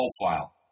profile